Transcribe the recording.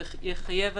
זה יחייב,